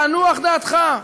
תנוח דעתך,